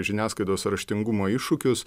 žiniasklaidos raštingumo iššūkius